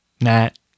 Nat